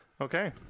Okay